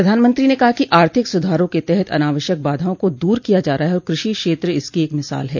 प्रधानमंत्री ने कहा कि आर्थिक सुधारों के तहत अनावश्यक बाधाओं को दूर किया जा रहा है और कृषि क्षेत्र इसकी एक मिसाल है